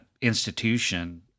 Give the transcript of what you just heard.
institution